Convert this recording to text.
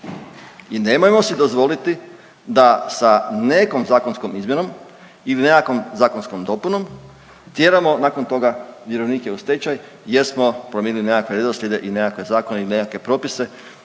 i nemojmo si dozvoliti da sa nekom zakonskom izmjenom ili nekakvom zakonskom dopunom tjeramo nakon toga vjerovnike u stečaj jer smo planirali nekakve redoslijede i nekakve zakone i nekakve propise